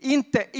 Inte